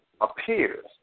appears